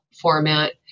format